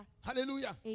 Hallelujah